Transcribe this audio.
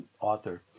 author